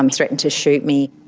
um threatened to shoot me.